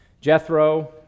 Jethro